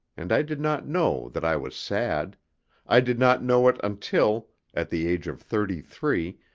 and i did not know that i was sad i did not know it until, at the age of thirty-three,